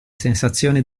sensazioni